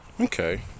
okay